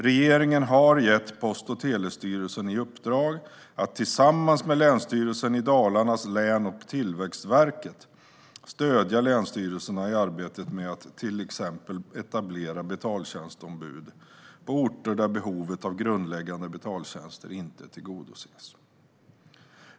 Regeringen har gett Post och telestyrelsen i uppdrag att, tillsammans med Länsstyrelsen i Dalarnas län och Tillväxtverket, stödja länsstyrelserna i arbetet med att till exempel etablera betaltjänstombud på orter där behovet av grundläggande betaltjänster inte tillgodoses.